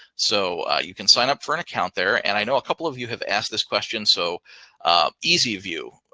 so you can sign up for an account there. and i know a couple of you have asked this question. so easy view.